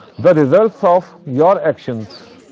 the results of your actions